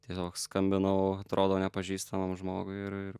tieliog skambinau atrodo nepažįstamam žmogui ir ir